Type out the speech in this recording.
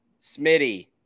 Smitty